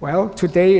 well today